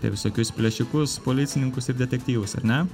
ir visokius plėšikus policininkus ir detektyvus ar ne